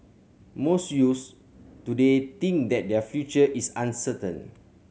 most youths today think that their future is uncertain